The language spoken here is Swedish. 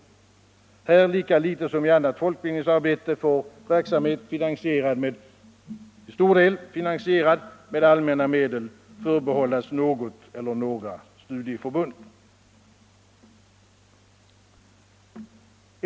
55 Här lika litet som i annat folkbildningsarbete får verksamhet, till stor del finansierad med allmänna medel, förbehållas något eller några studieförbund.